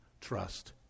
trust